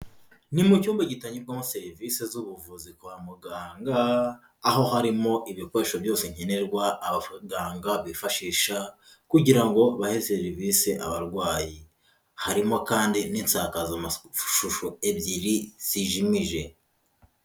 Ni mu cyumba gitangirwamo serivisi z'ubuvuzi kwa muganga, aho harimo ibikoresho byose nkenerwa abaganga bifashisha kugira ngo bahe serivisi abarwayi, harimo kandi n'isakazamashusho ebyiri zijimije.